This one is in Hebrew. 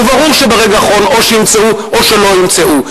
וברור שברגע האחרון או שימצאו או שלא ימצאו.